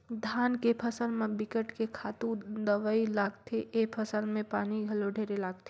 धान के फसल म बिकट के खातू दवई लागथे, ए फसल में पानी घलो ढेरे लागथे